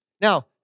Now